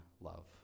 love